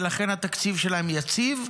ולכן התקציב שלהם יציב,